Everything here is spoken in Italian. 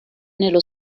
nello